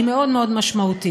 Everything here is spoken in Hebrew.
היא מאוד מאוד משמעותית.